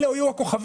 אלה היו הכוכבים.